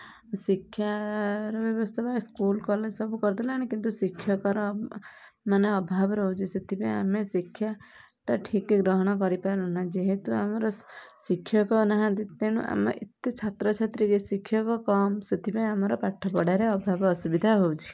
ଶିକ୍ଷା ର ବ୍ୟବସ୍ଥା ବା ସ୍କୁଲ କଲେଜ ସବୁ କରିଦେଲେଣି କିନ୍ତୁ ଶିକ୍ଷକର ମାନେ ଅଭାବ ରହୁଛି ସେଥିପାଇଁ ଆମେ ଶିକ୍ଷାଟା ଠିକ୍ ଗ୍ରହଣ କରିପାରୁନା ଯେହେତୁ ଆମର ଶିକ୍ଷକ ନାହାନ୍ତି ତେଣୁ ଆମେ ଏତେ ଛାତ୍ରଛାତ୍ରୀ ବି ଶିକ୍ଷକ କମ୍ ସେଥିପାଇଁ ଆମର ପାଠପଢ଼ାରେ ଅଭାବ ଅସୁବିଧା ହେଉଛି